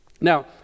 Now